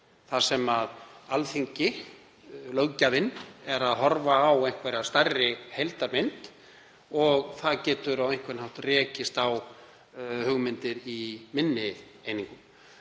þar sem Alþingi, löggjafinn, er að horfa á einhverja stærri heildarmynd og það getur á einhvern hátt rekist á hugmyndir í minni einingum.